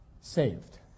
saved